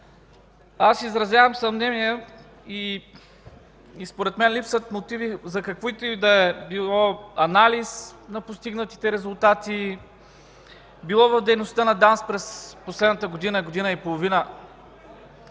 Изразявам съмнение и според мен липсват мотиви за какъвто и да бил анализ на постигнатите резултати, било в дейността на ДАНС през последната година – година и половина